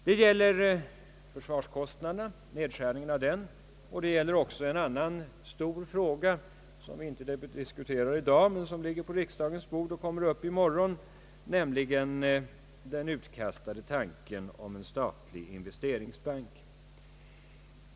Det gäller nedskärningen av försvarskostnaderna liksom det gäller en annan stor fråga, som vi inte diskuterar i dag men som ligger på riksdagens bord och kommer upp i debatten i morgon, nämligen den utkastade tanken om en statlig investeringsbank.